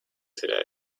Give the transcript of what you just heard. today